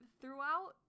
throughout